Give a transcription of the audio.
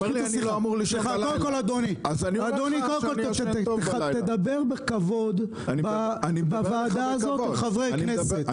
אדוני, תדבר בכבוד בוועדה הזאת לחברי הכנסת.